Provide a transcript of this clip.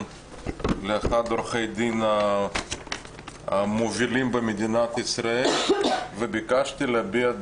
לאחד מעורכי הדין המובילים במדינת ישראל וביקשתי שיביע את